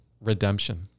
redemption